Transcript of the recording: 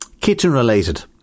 kitchen-related